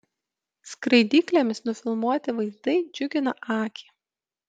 skraidyklėmis nufilmuoti vaizdai džiugina akį